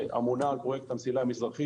האמונה בין היתר על פרויקט המסילה המזרחית.